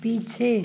पीछे